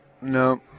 No